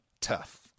Tough